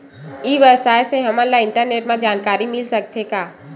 ई व्यवसाय से हमन ला इंटरनेट मा जानकारी मिल सकथे का?